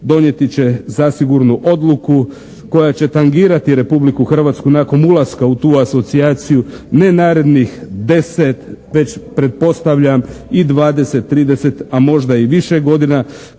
donijeti će zasigurno odluku koja će tangirati Republiku Hrvatsku nakon ulaska u tu asocijaciju ne narednih 10 već pretpostavlja i 20, 30, a možda i više godina